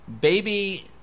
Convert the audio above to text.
baby